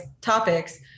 topics